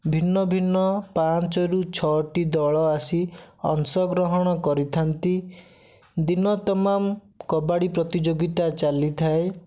ଭିନ୍ନ ଭିନ୍ନ ପାଞ୍ଚ ରୁ ଛଅଟି ଦଳ ଆସି ଅଂଶଗ୍ରହଣ କରିଥାନ୍ତି ଦିନ ତମାମ କବାଡ଼ି ପ୍ରତିଯୋଗିତା ଚାଲିଥାଏ